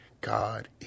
God